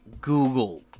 Google